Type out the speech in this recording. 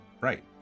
Right